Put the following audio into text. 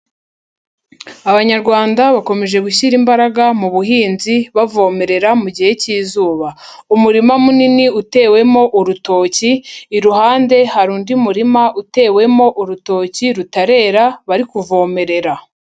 Abanyarwanda bakomeje gushyira imbaraga mu buhinzi bavomerera mu gihe cy'izuba. Umurima munini utewemo urutoki, iruhande hari undi murima utewemo urutoki rutarera, bari kuvomerera.